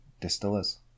Distillers